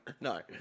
No